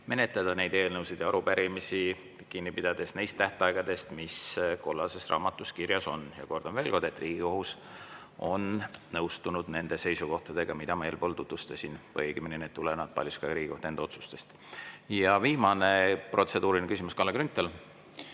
menetleda neid eelnõusid ja arupärimisi, kinni pidades tähtaegadest, mis kollases raamatus kirjas on. Kordan veel, et Riigikohus on nõustunud nende seisukohtadega, mida ma eelpool tutvustasin, või õigemini need tulenevad paljuski Riigikohtu enda otsustest. Ja viimane protseduuriline küsimus, Kalle Grünthal.